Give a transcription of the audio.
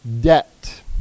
debt